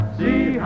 see